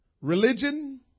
Religion